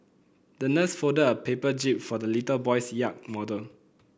the nurse folded a paper jib for the little boy's yacht model